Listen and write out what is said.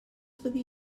fyddi